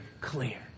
clear